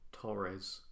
Torres